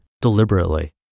deliberately